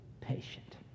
patient